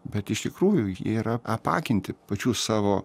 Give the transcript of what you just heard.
bet iš tikrųjų jie yra apakinti pačių savo